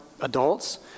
adults